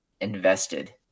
invested